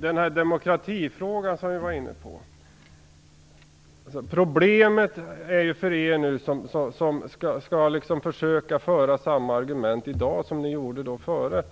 Vad gäller demokratifrågan är problemet för er som nu skall försöka föra fram samma argument i dag som ni gjorde före